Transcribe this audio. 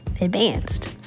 advanced